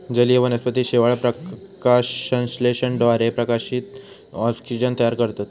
जलीय वनस्पती शेवाळ, प्रकाशसंश्लेषणाद्वारे प्रकाशात ऑक्सिजन तयार करतत